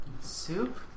Soup